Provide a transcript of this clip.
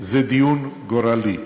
זה דיון גורלי,